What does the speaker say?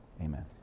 Amen